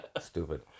stupid